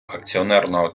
акціонерного